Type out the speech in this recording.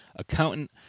accountant